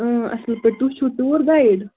اۭں اَصٕل پٲٹھۍ تُہۍ چھُو ٹوٗر گایِِڈ